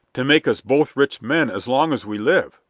to make us both rich men as long as we live.